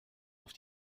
auf